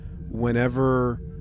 whenever